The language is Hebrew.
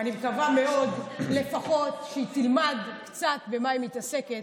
אני מקווה מאוד שלפחות היא תלמד קצת במה היא מתעסקת,